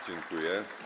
Dziękuję.